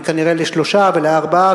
וכנראה לשלושה ולארבעה,